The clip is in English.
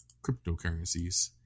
cryptocurrencies